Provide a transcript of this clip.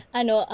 ano